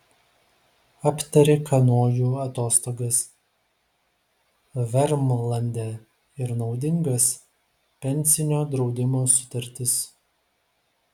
aptarė kanojų atostogas vermlande ir naudingas pensinio draudimo sutartis